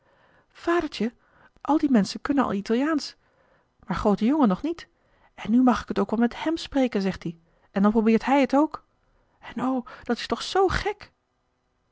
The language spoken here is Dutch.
vadertje al die menschen kunnen al italiaansch maar groote jongen nog niet en nu mag ik t ook wat met hèm spreken zegt-ie en dan probeert hij t ook en o dat is toch zoo gek